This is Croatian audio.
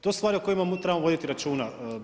To su stvari o kojima trebamo voditi računa.